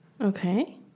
Okay